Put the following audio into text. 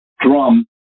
drum